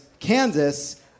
Kansas